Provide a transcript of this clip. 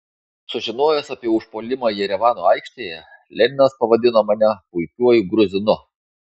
sužinojęs apie užpuolimą jerevano aikštėje leninas pavadino mane puikiuoju gruzinu